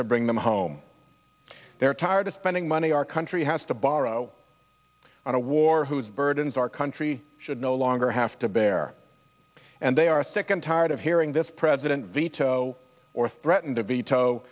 to bring them home they're tired of spending money our country has to borrow on a war whose burdens our country should no longer have to bear and they are sick and tired of hearing this president veto or threaten